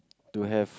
to have